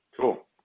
Cool